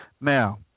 Now